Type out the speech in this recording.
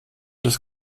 des